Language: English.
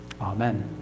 Amen